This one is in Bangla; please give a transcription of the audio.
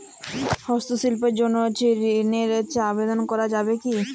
হস্তশিল্পের জন্য ঋনের আবেদন করা যাবে কি?